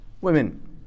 women